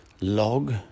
Log